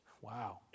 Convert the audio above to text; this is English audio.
Wow